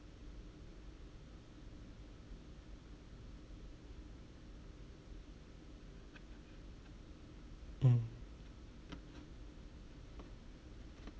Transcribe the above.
mm